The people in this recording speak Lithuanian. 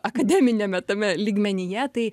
akademiniame tame lygmenyje tai